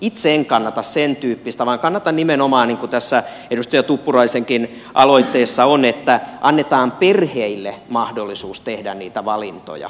itse en kannata sentyyppistä vaan kannatan nimenomaan niin kuin tässä edustaja tuppuraisenkin aloitteessa on että annetaan perheille mahdollisuus tehdä niitä valintoja